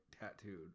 tattooed